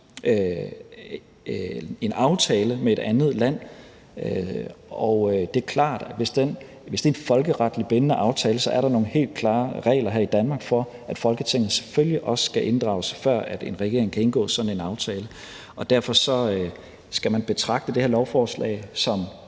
en aftale med et andet land. Og det er klart, at hvis det er en folkeretligt bindende aftale, er der her i Danmark nogle helt klare regler for, at Folketinget selvfølgelig også skal inddrages, før en regering kan indgå sådan en aftale. Derfor skal man betragte det her lovforslag som